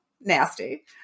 nasty